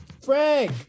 Frank